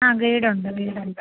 ആ ഗൈഡുണ്ട് ഗൈഡുണ്ട്